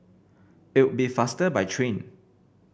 it'll be faster by train